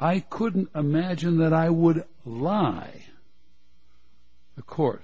i couldn't imagine that i would lie of cour